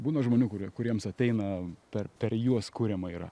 būna žmonių kurie kuriems ateina per per juos kuriama yra